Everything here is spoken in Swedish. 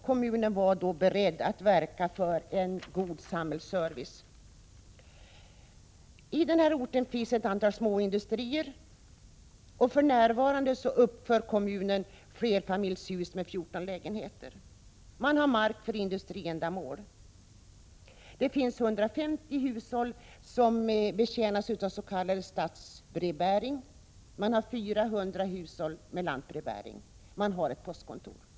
Kommunen var beredd att verka för att en god samhällsservice upprätthölls. På orten finns ett antal småindustrier, och kommunen uppför för närvarande flerfamiljshus med 14 lägenheter. Där finns mark för industriändamål. 150 hushåll betjänas avs.k. stadsbrevbäring och 400 hushåll med lantbrevbäring. Det finns ett postkontor på orten.